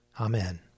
Amen